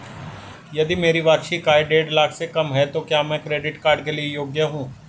यदि मेरी वार्षिक आय देढ़ लाख से कम है तो क्या मैं क्रेडिट कार्ड के लिए योग्य हूँ?